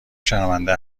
شرمنده